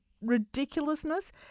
ridiculousness